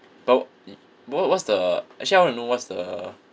but wh~ it what what's the actually I want to know what's the